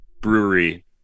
brewery